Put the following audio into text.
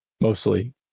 mostly